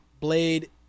Blade